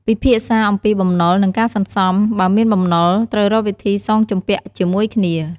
ពិភាក្សាអំពីបំណុល និងការសន្សំ បើមានបំណុល ត្រូវរកវិធីសងជំពាក់ជាមួយគ្នា។